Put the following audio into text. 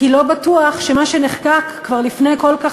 כי לא בטוח שמה שנחקק כבר לפני כל כך